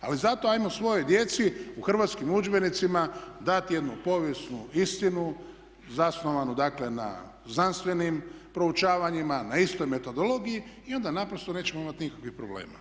Ali zato ajmo svojoj djeci u hrvatskim udžbenicima dati jednu povijesnu istinu zasnovanu dakle na znanstvenim proučavanjima na istoj metodologiji i onda naprosto nećemo imati nikakvih problema.